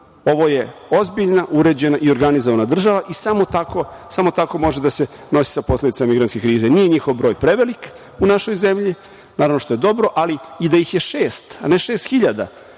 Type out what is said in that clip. Ovo je ozbiljna, uređena i organizovana država i samo tako može da se nosi sa posledicama migrantske krize. Nije njihov broj prevelik u našoj zemlji, što je dobro, ali i da ih je šest, a ne šest hiljada